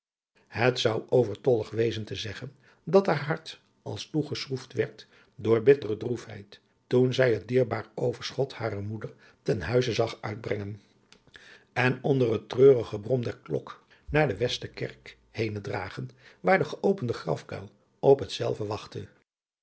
het zou overtollig wezen te zeggen dat haar hart als toegeschroefd werd door bittere droefheid toen zij het dierbaar overschot harer moeder ten huize zag uitbrengen en onder het treurig gebrom der klok naar de westerkerk henen dragen waar de geopende grafkuil op hetzelve wachtte